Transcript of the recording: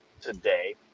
today